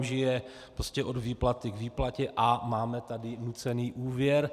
Žije prostě od výplaty k výplatě a máme tady nucený úvěr.